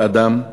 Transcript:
כל אדם.